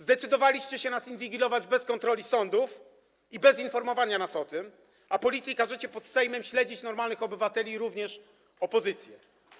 Zdecydowaliście się nas inwigilować bez kontroli sądów i bez informowania nas o tym, a policji każecie pod Sejmem śledzić normalnych obywateli i również opozycję.